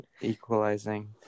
equalizing